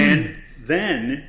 and then